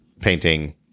painting